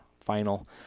final